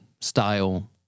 style